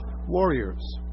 Warriors